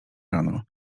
rano